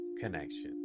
connection